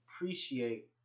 appreciate